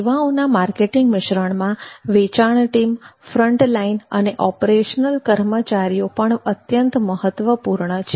સેવાઓના માર્કેટિંગ મિશ્રણમાં વેચાણ ટીમ ફ્રન્ટલાઈન અને ઓપરેશનલ કર્મચારીઓ પણ અત્યંત મહત્વપૂર્ણ છે